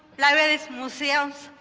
libraries, museums,